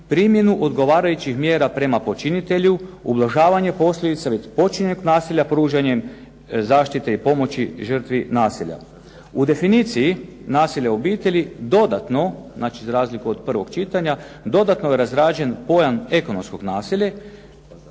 U definiciji nasilje u obitelj, dodatno, znači za razliku od prvog čitanja dodatno je razrađen pojam, ekonomskog nasilja,